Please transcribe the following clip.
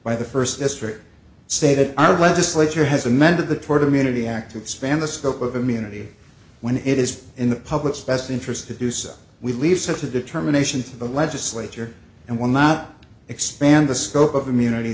by the first district say that our legislature has amended the toward immunity act of expand the scope of immunity when it is in the public's best interest to do so we leave such a determination to the legislature and will not expand the scope of immunity